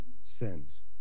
sins